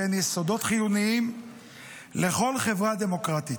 שהן יסודות חיוניים לכל חברה דמוקרטית.